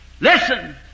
Listen